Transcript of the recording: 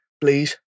please